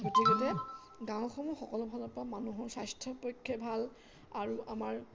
গতিকতে গাঁওসমূহ সকলো ফালৰ পৰা মানুহৰ স্বাস্থ্যৰ পক্ষে ভাল আৰু আমাৰ